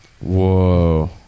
whoa